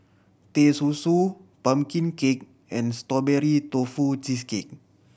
Teh Susu pumpkin cake and Strawberry Tofu Cheesecake